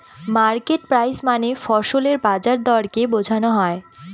market price মানে ফসলের বাজার দরকে বোঝনো হয়